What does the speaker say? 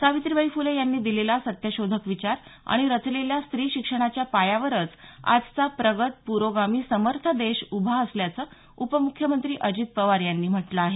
सावित्रीबाई फुले यांनी दिलेला सत्यशोधक विचार आणि रचलेल्या स्त्री शिक्षणाच्या पायावरच आजचा प्रगत प्रोगामी समर्थ देश उभा असल्याचं उपम्ख्यमंत्री अजित पवार यांनी म्हटलं आहे